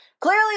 Clearly